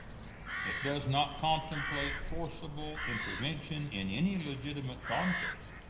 it does not contemplate forcible intervention in any legitimate contest,